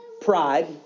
pride